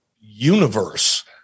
universe